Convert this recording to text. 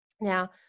Now